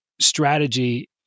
strategy